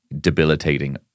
debilitating